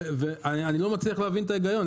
ואני לא מצליח להבין את ההיגיון,